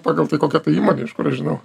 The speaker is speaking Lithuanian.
pagal tai kokia ta įmonė iš kur aš žinau